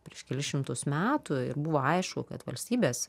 prieš kelis šimtus metų ir buvo aišku kad valstybės